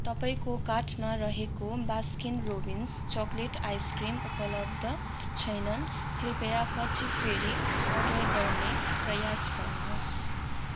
तपाईँको कार्टमा रहेको बास्किन रोबिन्स चकलेट आइसक्रिम उपलब्ध छैन कृपया पछि फेरि अर्डर गर्ने प्रयास गर्नुहोस्